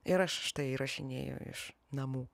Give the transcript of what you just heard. ir aš štai įrašinėju iš namų